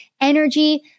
energy